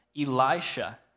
Elisha